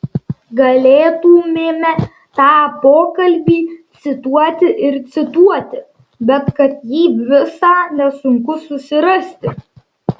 galėtumėme tą pokalbį cituoti ir cituoti bet kad jį visą nesunku susirasti